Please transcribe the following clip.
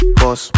boss